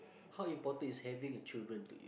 how important is having a children to you